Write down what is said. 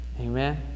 Amen